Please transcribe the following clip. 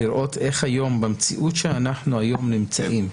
לראות איך במציאות שאנחנו היום נמצאים בה,